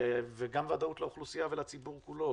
וגם ודאות לאוכלוסייה ולציבור כולו.